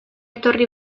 etorri